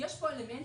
יש פה אלמנט,